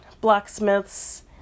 blacksmiths